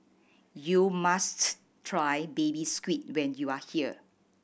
you must try Baby Squid when you are here